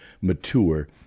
mature